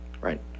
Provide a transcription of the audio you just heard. right